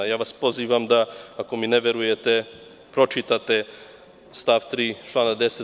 Pozivam vas da, ako mi ne verujete, pročitate stav 3. člana 10.